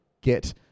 get